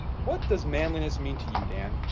what does manliness mean to you, dan?